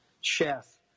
chef